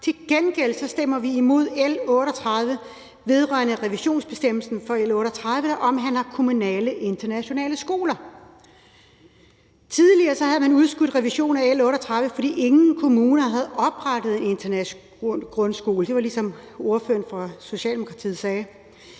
Til gengæld stemmer vi imod L 38 vedrørende revisionsbestemmelsen, der omhandler kommunale internationale skoler. Tidligere havde man udskudt en revision af L 38, fordi ingen kommuner havde oprettet en international grundskole – det var det, som ordføreren for Socialdemokratiet sagde.